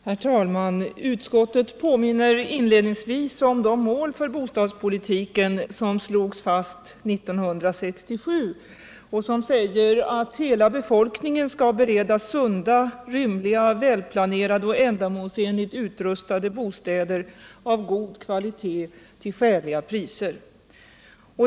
Herr talman! Utskottet påminner inledningsvis om de mål för bostadspolitiken som slogs fast 1967 och som säger att ”hela befolkningen skall beredas sunda, rymliga, välplanerade och ändamålsenligt utrustade bostäder av god kvalitet till skäliga priser”.